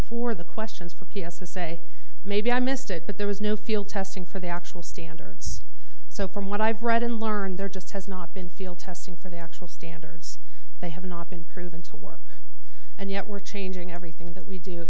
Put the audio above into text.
for the questions for p s a maybe i missed it but there was no field testing for the actual standards so from what i've read and learned there just has not been field testing for the actual standards they have not been proven to work and yet we're changing everything that we do